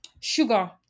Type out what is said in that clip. sugar